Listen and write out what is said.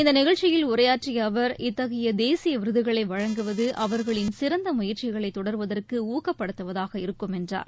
இந்த நிகழ்ச்சியில் உரையாற்றிய அவர் இத்தகைய தேசிய விருதுகளை வழங்குவது அவர்களின் சிறந்த முயற்சிகளை தொடர்வதற்கு ஊக்கப்படுத்துவதாக இருக்கும் என்றார்